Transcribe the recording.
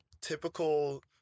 typical